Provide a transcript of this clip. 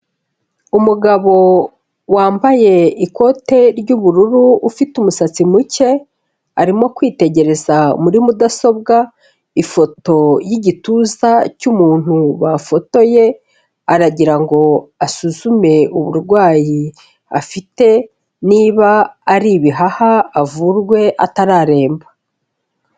Umugabo wambaye ikote ry'ubururu ufite umusatsi muke, arimo kwitegereza muri mudasobwa, ifoto y'igituza cy'umuntu bafotoye. Aragira ngo asuzume uburwayi afite niba ari ibihaha avurwe atararemba.